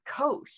coast